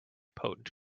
potent